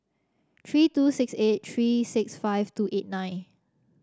three two six eight three six five two eight nine